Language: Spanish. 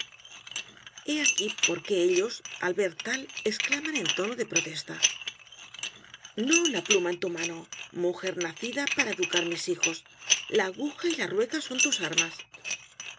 e aquí por qué ellos al ver tal exclaman en tono de protesta no la pluma en tu mano mujer nacida para educar mis hijos la aguja y la rueca son tus armas